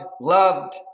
loved